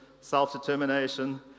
self-determination